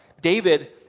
David